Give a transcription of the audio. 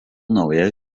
naujai